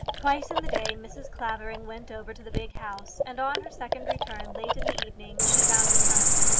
twice in the day mrs. clavering went over to the big house, and on her second return, late in the evening, she found her son.